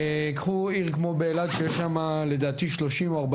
קחו עיר כמו באילת שיש שם בין 30-40%,